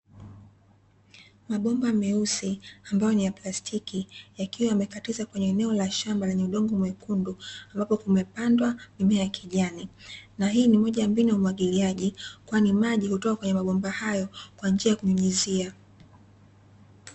Mabomba meusi ambayo ni ya plastiki, yakiwa yamekatiza kwenye eneo la shamba lenye udongo mwekundu, ambapo kumepandwa mimea ya kijani. Na hii ni moja ya mbinu ya umwagiliaji, kwani maji hutoka kwenye mabomba hayo kwa njia ya kunyunyizia.